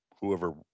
Whoever